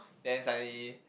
the suddenly